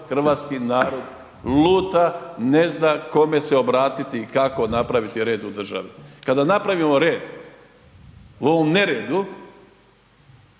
hrvatski narod luta, ne zna kome se obratiti i kako napraviti red u državi. Kada napravimo red u ovom neredu